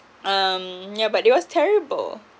um yeah but it was terrible